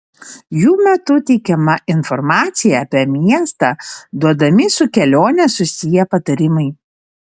jų metu teikiama informacija apie miestą duodami su kelione susiję patarimai